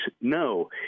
No